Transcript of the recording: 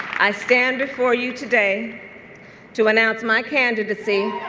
i stand before you today to announce my candidacy